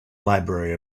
library